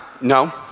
No